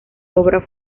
obra